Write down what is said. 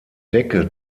decke